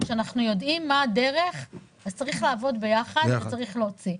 שכשאנחנו יודעים מה הדרך אז צריך לעבוד ביחד וצריך להוציא,